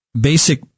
basic